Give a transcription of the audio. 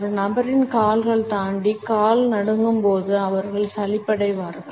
ஒரு நபரின் கால்கள் தாண்டி கால் நடுங்கும் போது அவர்கள் சலிப்படைவார்கள்